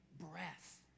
breath